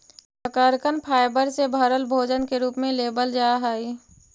शकरकन फाइबर से भरल भोजन के रूप में लेबल जा हई